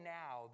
now